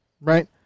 right